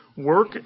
Work